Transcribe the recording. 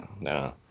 no